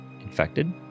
infected